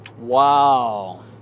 Wow